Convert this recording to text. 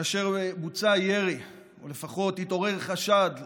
כאשר בוצע ירי, או לפחות התעורר חשד לירי,